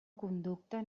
conducta